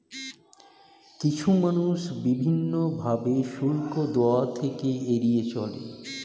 কিছু মানুষ বিভিন্ন ভাবে শুল্ক দেওয়া থেকে এড়িয়ে চলে